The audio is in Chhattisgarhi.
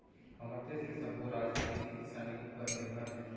हमर देस के सब्बो राज ह खेती किसानी उपर निरभर हे